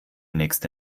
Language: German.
nächste